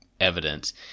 evidence